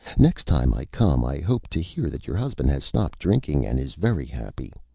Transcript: next time i come i hope to hear that your husband has stopped drinking and is very happy.